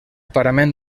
parament